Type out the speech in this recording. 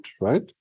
right